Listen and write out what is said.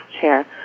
chair